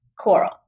Coral